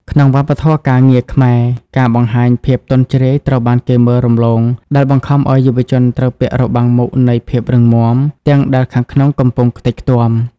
ក្នុងវប្បធម៌ការងារខ្មែរ ការបង្ហាញភាពទន់ជ្រាយត្រូវបានគេមើលរំលង ដែលបង្ខំឱ្យយុវជនត្រូវពាក់ "របាំងមុខនៃភាពរឹងមាំ" ទាំងដែលខាងក្នុងកំពុងខ្ទេចខ្ទាំ